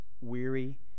weary